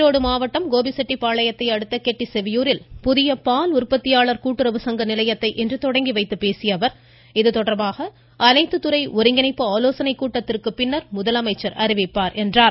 ஈரோடு மாவட்டம் கோபிச்செட்டிப்பாளையத்தையடுத்த கெட்டிசெவியூரில் புதிய பால் உற்பத்தியாளர் கூட்டுறவு சங்க நிலையத்தை இன்று தொடங்கி வைத்துப் பேசிய அவர் இது தொடர்பாக அனைத்து துறை ஒருங்கிணைப்பு ஆலோசனைக் கூட்டத்திற்கு பின்னர் முதலமைச்சர் அறிவிப்பார் என்றார்